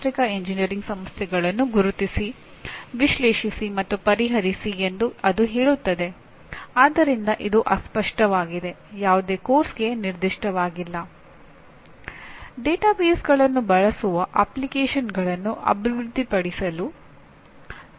ಅವರು ಎಷ್ಟರ ಮಟ್ಟಿಗೆ ಸಾಧಿಸಿದ್ದಾರೆ ಎಂಬುದನ್ನು ಕಂಡುಹಿಡಿಯಲು ನಿಮಗೆ ಯಾವುದೇ ಮಾರ್ಗವಿಲ್ಲದಿದ್ದರೆ ನೀವು ತರಗತಿಯಲ್ಲಿ ಕಲಿಸಿದ ಪಾಠಕ್ಕೆ ಏನಾದರೂ ಅರ್ಥವಿದೆಯೇ ಅಥವಾ ವಿದ್ಯಾರ್ಥಿಗಳಿಗೆ ಏನಾದರೂ ತಿಳಿದಿದೆಯೇ ಎಂಬುದನ್ನು ತಿಳಿಯಲು ಸಾಧ್ಯವಿಲ್ಲ